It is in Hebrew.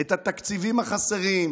את התקציבים החסרים,